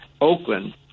Oakland